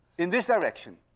in this direction.